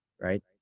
right